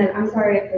and i'm sorry,